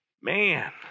man